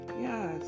Yes